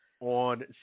on